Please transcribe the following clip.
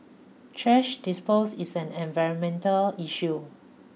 trash disposal is an environmental issue